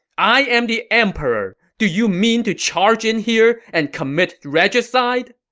i am the emperor! do you mean to charge in here and commit regicide!